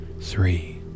three